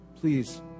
please